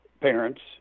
parents